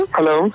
Hello